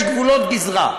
יש גבולות גזרה.